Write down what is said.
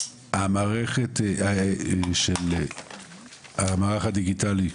המערכת של המערך הדיגיטלי,